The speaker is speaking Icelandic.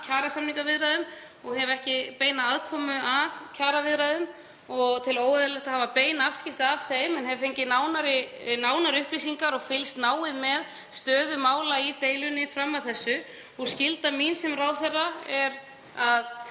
kjarasamningaviðræðum og hef ekki beina aðkomu að kjaraviðræðum. Ég tel óeðlilegt að hafa bein afskipti af þeim en hef fengið góðar upplýsingar og fylgst náið með stöðu mála í deilunni fram að þessu. Skylda mín sem ráðherra er að